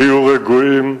תהיו רגועים: